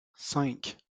cinq